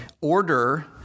order